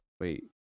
wait